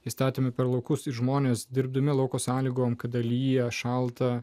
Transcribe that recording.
įstatymu per laukus žmonės dirbdami lauko sąlygom kada lyja šalta